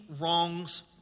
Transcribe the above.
wrongs